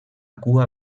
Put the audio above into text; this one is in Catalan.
cua